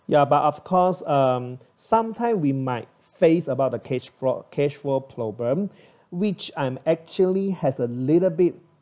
ya but of course um sometime we might face about a cash flow cash flow problem which I'm actually have a little bit